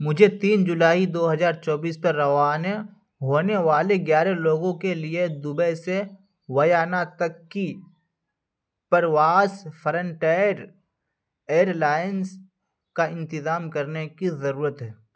مجھے تین جولائی دو ہزار چوبیس پر روانہ ہونے والے گیارہ لوگوں کے لیے دبئی سے ویانا تک کی پرواز فرنٹیر ایر لائنز کا انتظام کرنے کی ضرورت ہے